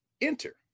enter